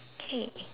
okay